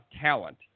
talent